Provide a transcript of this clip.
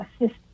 assist